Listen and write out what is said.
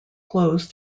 closed